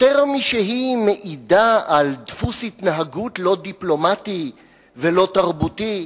יותר משהיא מעידה על דפוס התנהגות לא דיפלומטי ולא תרבותי,